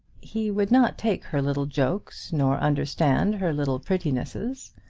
he would not take her little jokes, nor understand her little prettinesses.